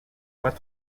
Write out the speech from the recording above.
pas